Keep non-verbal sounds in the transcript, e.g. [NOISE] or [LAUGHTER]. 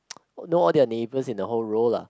[NOISE] know all their neighbours in the whole row lah